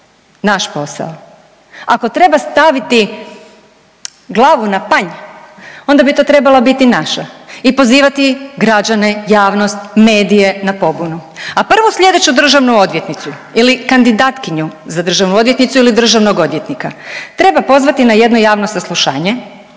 naš posao. Ako treba staviti glavu na panj onda bi to trebala biti naša i pozivati građane, javnost, medije na pobunu, a prvu slijedeću državnu odvjetnicu ili kandidatkinju za državnu odvjetnicu ili državnog odvjetnika treba pozvati na jedno javno saslušanje